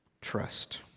Trust